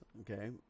okay